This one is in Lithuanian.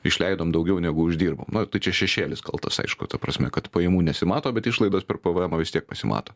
išleidom daugiau negu uždirbom tai čia šešėlis kaltas aišku ta prasme kad pajamų nesimato bet išlaidos per pvmą vis tiek pasimato